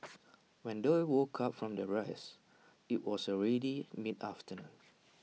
when they woke up from their rest IT was already mid afternoon